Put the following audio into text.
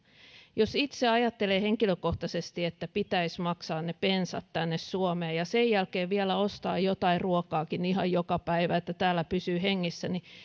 jos itse ajattelee henkilökohtaisesti että pitäisi maksaa ne bensat tänne suomeen ja sen jälkeen vielä ostaa jotain ruokaakin ihan joka päivä että täällä pysyy hengissä niin